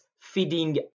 feeding